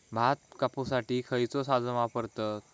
भात कापुसाठी खैयचो साधन वापरतत?